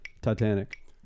Titanic